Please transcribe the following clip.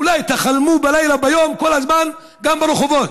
אולי תחלמו בלילה, ביום, כל הזמן, גם ברחובות,